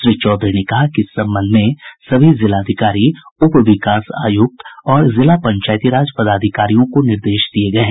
श्री चौधरी ने कहा कि इस संबंध में सभी जिलाधिकारी उप विकास आयुक्त और जिला पंचायती राज पदाधिकारियों को निर्देश दिये गये हैं